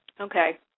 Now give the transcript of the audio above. Okay